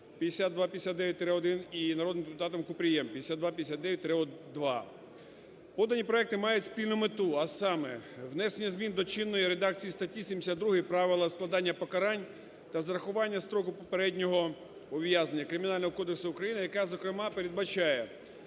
і народним депутатом Купрієм (5259-2). Подані проекти мають спільну мету, а саме внесення змін до чинної редакції статті 72 "Правила складання покарань та зарахування строку попереднього ув'язнення" Кримінального кодексу України, яка, зокрема, передбачає